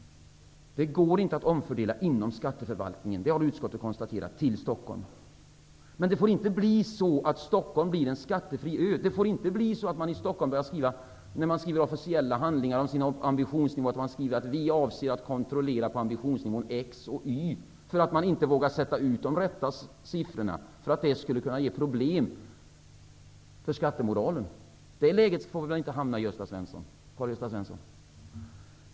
Det går inte att inom skatteförvaltningen omfördela till Stockholm; det har utskottet konstaterat. Men det får inte bli så att Stockholm blir en skattefri ö. Det får inte bli så att man när man skriver officiella handlingar i Stockholm skriver att man avser att kontrollera på ambitionsnivå x och y, eftersom man inte vågar sätta ut de rätta siffrorna av rädsla för att det skulle kunna bli till problem för skattemoralen. Det läget får vi väl inte hamna i Karl-Gösta Svenson?